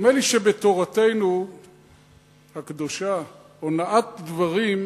נדמה לי שבתורתנו הקדושה, הונאת דברים,